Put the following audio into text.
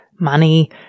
money